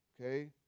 okay